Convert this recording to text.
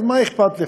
אז מה אכפת לך?